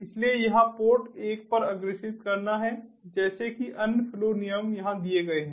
इसलिए यहां पोर्ट एक पर अग्रेषित करना है जैसे कि अन्य फ्लो नियम यहां दिए गए हैं